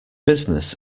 business